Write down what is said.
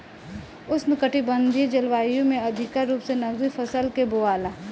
उष्णकटिबंधीय जलवायु में अधिका रूप से नकदी फसल के बोआला